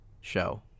show